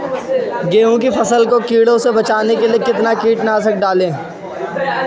गेहूँ की फसल को कीड़ों से बचाने के लिए कितना कीटनाशक डालें?